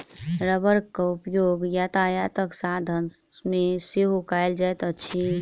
रबड़क उपयोग यातायातक साधन मे सेहो कयल जाइत अछि